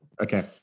Okay